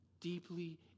deeply